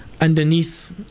underneath